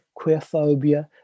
queerphobia